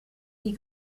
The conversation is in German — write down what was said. die